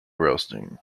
roasting